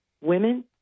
Women